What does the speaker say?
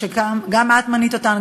שגם את מנית אותן,